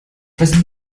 wessen